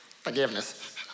forgiveness